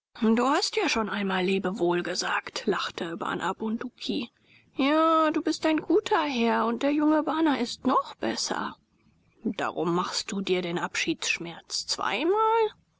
du hast ja schon einmal lebewohl gesagt lachte bana bunduki ja du bist ein guter herr und der junge bana ist noch besser darum machst du dir den abschiedsschmerz zweimal